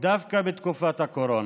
דווקא בתקופת הקורונה.